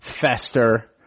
fester